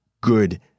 good